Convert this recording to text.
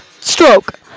Stroke